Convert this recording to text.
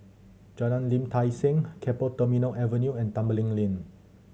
Jalan Lim Tai See Keppel Terminal Avenue and Tembeling Lane